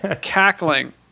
cackling